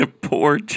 Poor